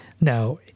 Now